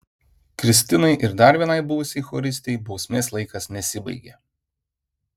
kristinai ir dar vienai buvusiai choristei bausmės laikas nesibaigė